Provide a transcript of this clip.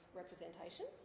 representation